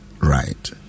right